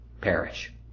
perish